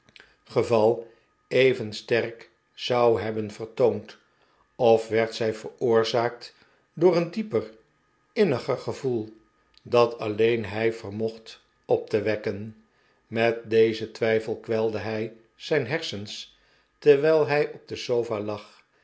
geval even sterk zou hebben vertoond of werd zij veroorzaakt door een dieper inniger gevoel dat alleen hij verrhocht op te wekken met dezen twijfel kwelde hij zijn hersens terwijl hij op de sofa lag